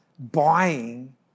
buying